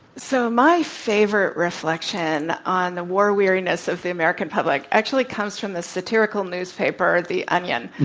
so, my favorite reflection on the war weariness of the american public actually comes from the satirical newspaper the onion,